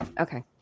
Okay